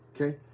Okay